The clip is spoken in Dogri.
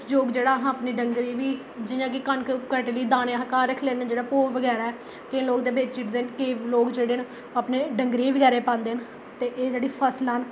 इं'दा उपयोग जेह्ड़ा अस अपने डंगरें गी बी जि'यां कनक कटोंदी ते दाने अस घर रक्खी लैने जेह्ड़ा भोऽ बगैरा ऐ केईं लोक ते बेची ओड़दे न केईं लोक जेह्ड़े न अपने डंगरें गी बी पांदे न ते एह् जेह्ड़ी फसलां न